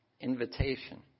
invitation